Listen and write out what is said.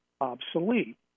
obsolete